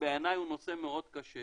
בעיניי הוא נושא מאוד קשה